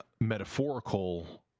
metaphorical